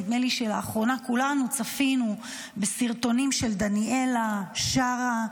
נדמה לי שלאחרונה כולנו צפינו בסרטונים של דניאלה שרה,